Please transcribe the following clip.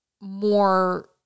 more